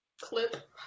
clip